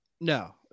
No